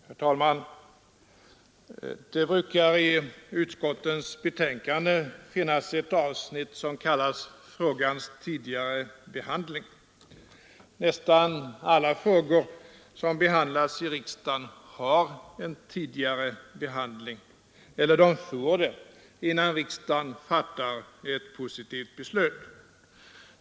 Herr talman! Det brukar i utskottens betänkanden finnas ett avsnitt som kallas ”Frågans tidigare behandling”. Nästan alla frågor som behandlas i riksdagen har fått en tidigare behandling eller får det innan riksdagen fattar ett positivt beslut.